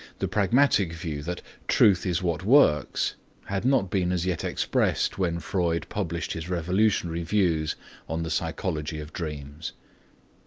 the pragmatic view that truth is what works had not been as yet expressed when freud published his revolutionary views on the psychology of dreams.